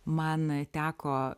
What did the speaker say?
man teko